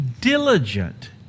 diligent